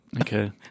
Okay